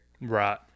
Right